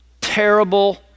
terrible